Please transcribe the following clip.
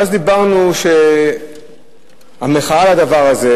ואז דיברנו שהמחאה על הדבר הזה,